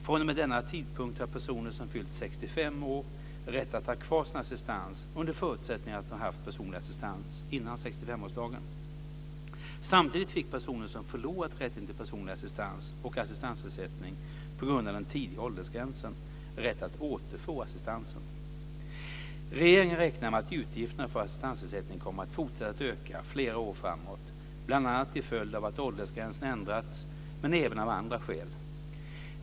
fr.o.m. denna tidpunkt har personer som fyllt 65 år rätt att ha kvar sin assistans under förutsättning att de haft personlig assistans före 65-årsdagen. Samtidigt fick personer som förlorat rätten till personlig assistans och assistansersättning på grund av den tidigare åldersgränsen rätt att återfå assistansen. Regeringen räknar med att utgifterna för assistansersättningen kommer att fortsätta att öka flera år framåt, bl.a. till följd av att åldersgränsen ändrats men även av andra skäl.